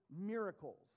miracles